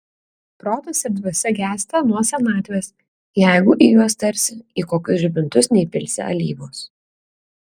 protas ir dvasia gęsta nuo senatvės jeigu į juos tarsi į kokius žibintus neįpilsi alyvos